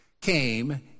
came